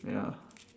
ya